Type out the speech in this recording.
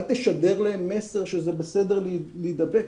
אל תשדר להם מסר שזה בסדר להידבק.